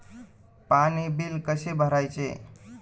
पाणी बिल कसे भरायचे?